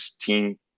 team